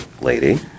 lady